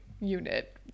unit